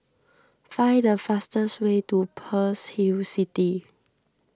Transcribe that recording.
find the fastest way to Pearl's Hill City